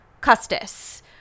Custis